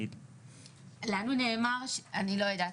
אני לא יודעת.